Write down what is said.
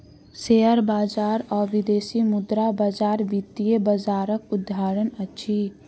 share बजार आ विदेशी मुद्रा बजार वित्तीय बजारक उदाहरण अछि